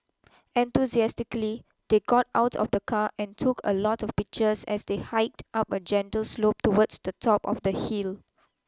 enthusiastically they got out of the car and took a lot of pictures as they hiked up a gentle slope towards the top of the hill